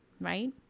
right